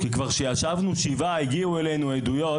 כי כבר שישבנו שבעה הגיעו אלינו עדויות,